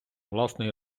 власний